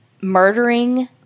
murdering